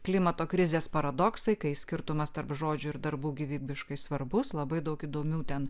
klimato krizės paradoksai kai skirtumas tarp žodžių ir darbų gyvybiškai svarbus labai daug įdomių ten